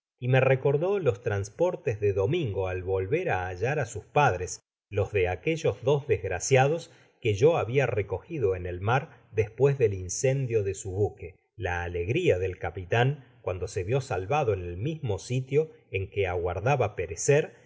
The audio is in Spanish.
y me recordó los transportes de domingo al volver á bailar á sus padres los de aquellos dos desgraciados que yo habia recogido en el mar despues del incendio de su buque la alegria del capitan cuando se vio salvado en el mismo sitio en que aguardaba perecer